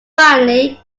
finally